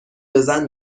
بزن